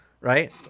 Right